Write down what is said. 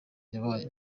yabaye